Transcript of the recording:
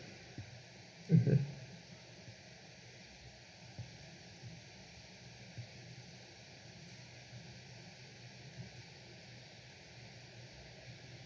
mmhmm